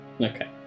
Okay